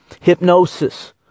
hypnosis